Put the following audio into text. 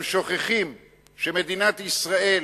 הם שוכחים שמדינת ישראל